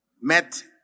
met